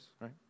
right